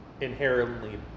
inherently